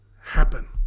happen